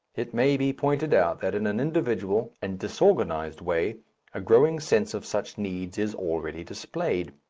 it may be pointed out that in an individual and disorganized way a growing sense of such needs is already displayed.